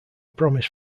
promise